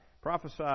prophesy